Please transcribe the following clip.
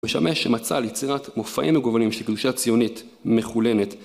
ושמש שמצא ליצירת מופעים מגוונים של קדושה הציונית מחולנת